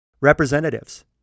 representatives